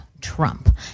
Trump